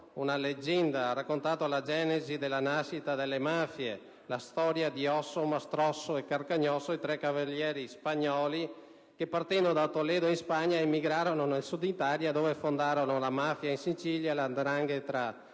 la leggenda della genesi e della nascita delle mafie, cioè la storia di Osso, Mastrosso e Carcagnosso, i tre cavalieri spagnoli che, partendo da Toledo in Spagna, emigrarono nel Sud Italia dove fondarono la mafia in Sicilia, la 'ndrangheta